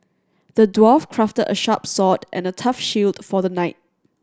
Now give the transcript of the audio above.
the dwarf crafted a sharp sword and a tough shield for the knight